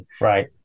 Right